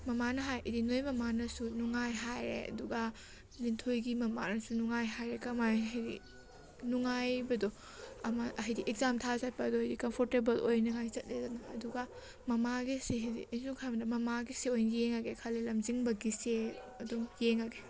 ꯃꯃꯥ ꯍꯥꯏ ꯍꯥꯏꯗꯤ ꯅꯣꯏ ꯃꯃꯥꯅꯁꯨ ꯅꯨꯡꯉꯥꯏ ꯍꯥꯏꯔꯦ ꯑꯗꯨꯒ ꯂꯤꯟꯊꯣꯏꯒꯤ ꯃꯃꯥꯅꯁꯨ ꯅꯨꯡꯉꯥꯏ ꯍꯥꯏꯔꯦ ꯀꯃꯥꯏ ꯍꯥꯏꯗꯤ ꯅꯨꯡꯉꯥꯏꯕꯗꯣ ꯑꯃ ꯍꯥꯏꯗꯤ ꯑꯦꯛꯖꯥꯝ ꯊꯥ ꯆꯠꯄꯗꯨꯒꯤ ꯀꯝꯐꯣꯔꯇꯦꯕꯜ ꯑꯣꯏꯅꯉꯥꯏ ꯆꯠꯂꯤꯗ ꯑꯗꯨꯒ ꯃꯃꯥꯒꯤꯁꯤ ꯍꯥꯏꯗꯤ ꯑꯩꯅ ꯁꯨꯝ ꯈꯟꯕꯗ ꯃꯃꯥꯒꯤꯁꯦ ꯑꯣꯏꯅ ꯌꯦꯡꯉꯒꯦ ꯈꯜꯂꯤ ꯂꯝꯖꯤꯡꯕꯒꯤꯁꯦ ꯑꯗꯨꯝ ꯌꯦꯡꯉꯒꯦ